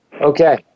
Okay